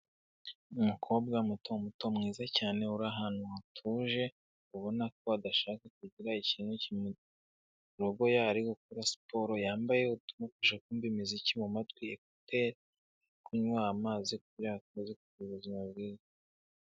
Umukobwa muto muto mwiza cyane uri ahantu hatuje ubona ko adashaka kugira ikintu kimurogoya ari gukora siporo yambaye utumufasha kumva imiziki mu matwi ekuteri kunywa amazi kuko yakoze kugira ubuzima bwiza.